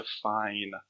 define